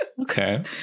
Okay